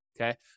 Okay